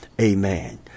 Amen